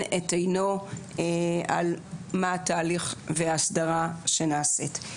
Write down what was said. את עינו על מה התהליך וההסדרה שנעשית.